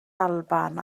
alban